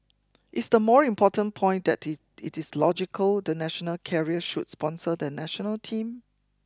is the more important point that it it is logical the national carrier should sponsor the national team